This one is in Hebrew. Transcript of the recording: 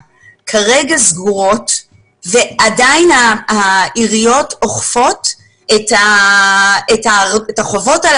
כרגע סגורים ועדיין העיריות אוכפות את החובות על